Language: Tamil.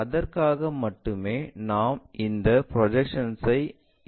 அதற்காக மட்டுமே நாம் இந்த ப்ரொஜெக்ஷன்ஐ எடுக்க முடியும்